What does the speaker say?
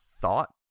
thought